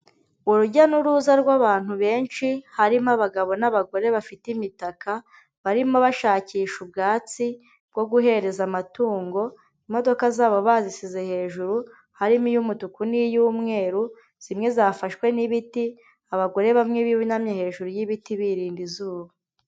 Urujya n'uruza rw'abantu benshi, harimo abagabo n'abagore bafite imitaka, barimo bashakisha ubwatsi bwo guhereza amatungo, imodoka zabo bazisize hejuru harimo iy'umutuku n'iy'umweru, zimwe zafashwe n'ibiti, abagore bamwe bunamye hejuru y'ibiti birinda izuba.